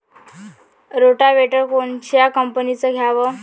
Rotavator कोनच्या कंपनीचं घ्यावं?